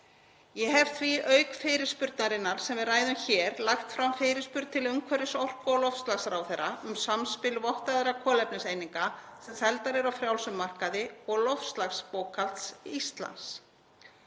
Ég hef því, auk fyrirspurnarinnar sem við ræðum hér, lagt fram fyrirspurn til umhverfis-, orku- og loftslagsráðherra um samspil vottaðra kolefniseininga sem seldar eru á frjálsum markaði og loftslagsbókhalds Íslands.